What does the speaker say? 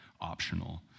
optional